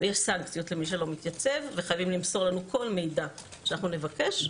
ויש סנקציות למי שלא מתייצב וחייבים למסור לנו כל מידע שאנחנו נבקש.